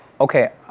Okay